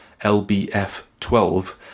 LBF12